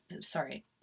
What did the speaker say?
sorry